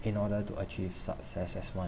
in order to achieve success as one